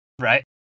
Right